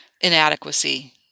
inadequacy